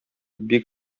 бик